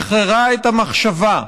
דמיון, שחררה את המחשבה,